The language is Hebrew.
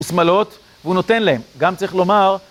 ושמלות, והוא נותן להם, גם צריך לומר